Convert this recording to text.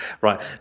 Right